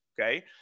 okay